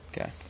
Okay